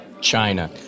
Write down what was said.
China